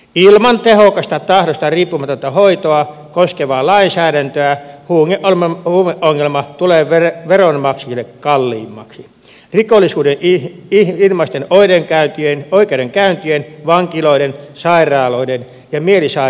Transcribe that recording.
ilman tehokasta tahdosta riippumatonta hoitoa koskevaa lainsäädäntöä huumeongelma tulee veronmaksajille kalliimmaksi mitali todettiin tehdyn matin luiden käyttäjiin rikollisuuden ilmaisten oikeudenkäyntien vankiloiden sairaaloiden ja mielisairaaloiden muodossa